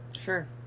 Sure